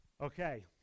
Okay